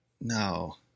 no